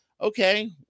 okay